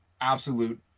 absolute